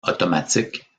automatique